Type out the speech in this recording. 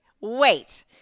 Wait